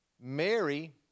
Mary